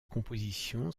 compositions